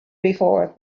before